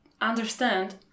understand